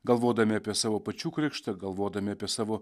galvodami apie savo pačių krikštą galvodami apie savo